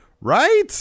right